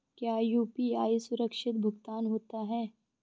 क्या यू.पी.आई सुरक्षित भुगतान होता है?